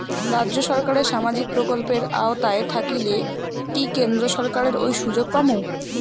রাজ্য সরকারের সামাজিক প্রকল্পের আওতায় থাকিলে কি কেন্দ্র সরকারের ওই সুযোগ পামু?